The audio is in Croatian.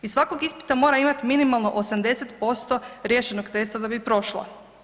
Iz svakog ispita mora imati minimalno 80% riješenog testa da bi prošla.